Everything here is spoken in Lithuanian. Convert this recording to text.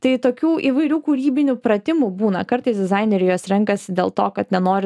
tai tokių įvairių kūrybinių pratimų būna kartais dizaineriai juos renkasi dėl to kad nenori